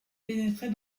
pénétrer